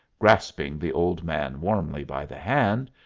grasping the old man warmly by the hand,